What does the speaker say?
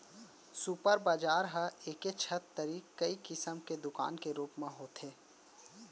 super बजार ह एके छत तरी कई किसम के दुकान के रूप म होथे